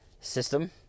system